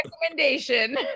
recommendation